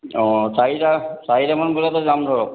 অ' চাৰিটা চাৰিটামান বজাতে যাম ধৰক